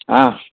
आं